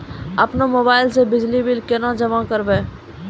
अपनो मोबाइल से बिजली बिल केना जमा करभै?